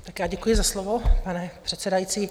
Já děkuji za slovo, pane předsedající.